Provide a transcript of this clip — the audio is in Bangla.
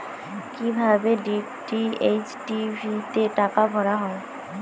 কি ভাবে ডি.টি.এইচ টি.ভি তে টাকা ভরা হয়?